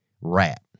rat